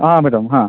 ହଁ ମ୍ୟାଡ଼ାମ୍ ହଁ